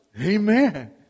Amen